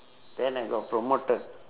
then I got promoted